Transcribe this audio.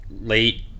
late